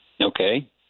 Okay